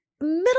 middle